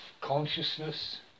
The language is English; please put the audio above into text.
Consciousness